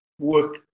work